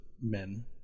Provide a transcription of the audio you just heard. men